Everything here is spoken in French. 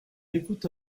écoute